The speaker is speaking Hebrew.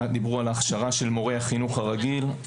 דיברו על ההכשרה של מורי החינוך הרגיל,